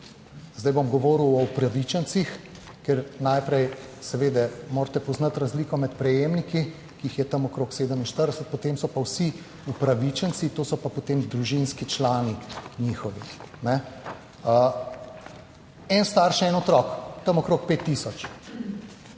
zdaj bom govoril o upravičencih, ker najprej seveda morate poznati razliko med prejemniki, ki jih je tam okrog 47, potem so pa vsi upravičenci, to so pa, potem družinski člani njihovih. En starš, en otrok tam okrog 5000.